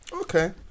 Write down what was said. Okay